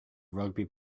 rugby